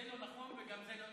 זה לא נכון וגם זה לא.